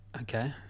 Okay